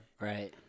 Right